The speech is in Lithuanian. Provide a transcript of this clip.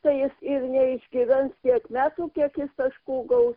tai jis ir neišgyvens tiek metų kiek jis taškų gaus